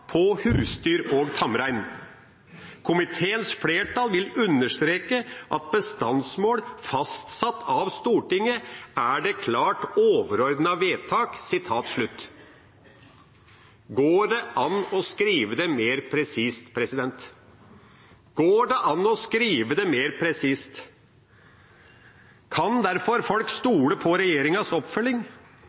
på husdyr og tamrein. Komiteens flertall vil understreke at bestandsmål fastsatt av Stortinget er det klart overordnede vedtak.» Går det an å skrive det mer presist? Kan derfor folk stole på regjeringas oppfølging? Både Bern-konvensjonen og naturmangfoldloven gir rom for en annen tolkning hva angår livskvalitet og trygghet for folk